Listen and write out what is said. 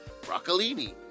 broccolini